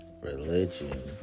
religion